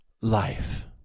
life